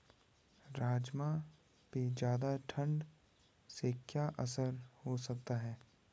राजमा पे ज़्यादा ठण्ड से क्या असर हो सकता है?